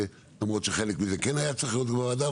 למרות שחלק מזה כן היה צריך להיות בוועדה.